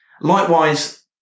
Likewise